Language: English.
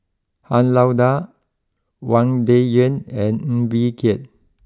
Han Lao Da Wang Dayuan and Ng Bee Kia